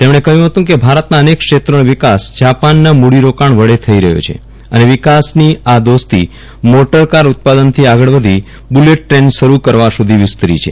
તેમણે કહ્યુ ફતુ કે ભારતના અનેક ક્ષેત્રનો વિકાસ જાપાનના મુડીરોકાણ વડે થઈ રહ્યો છે અને વિકાસની આ દોસ્તી મોટરકાર ઉત્પાદનથી આગળ વધી બુલેટ ટ્રેન શરૂ કરવા સુધી વિસ્તરી છે